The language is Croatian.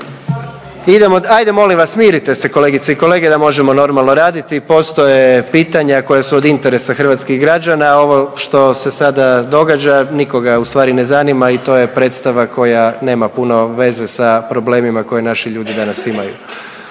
ajde molim vas, smirite se, kolegice i kolege, da možemo normalno raditi. Postoje pitanja koja su od interesa hrvatskih građana, a ovo što se sada događa nikoga ustvari ne zanima i to je predstava koja nema puno veze sa problemima koje naši ljudi danas imaju.